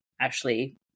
Ashley